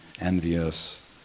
envious